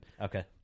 Okay